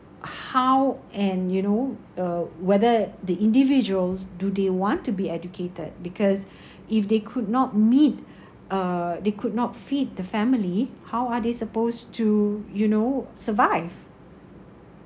how and you know uh whether the individuals do they want to be educated because if they could not meet uh they could not feed the family how are they supposed to you know survive